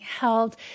held